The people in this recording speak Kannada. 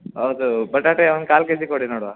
ಹೌದು ಬಟಾಟೆ ಒಂದು ಕಾಲು ಕೆಜಿ ಕೊಡಿ ನೋಡುವ